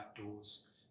outdoors